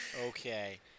Okay